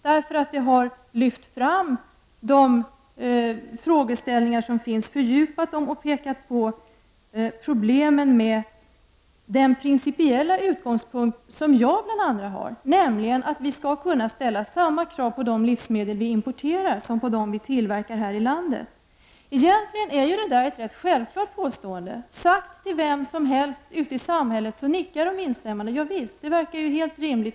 Det har lyft fram de frågeställningar som finns, fördjupat dem och pekat på problemen med den principiella utgångspunkt som bl.a. jag har, nämligen att vi skall kunna ställa samma krav på de livsmedel vi importerar som på dem vi tillverkar här i landet. Egentligen är det kravet rätt självklart. Säg det till vem som helst ute i samhället, och man nickar instämmande. Ja, det verkar helt rimligt.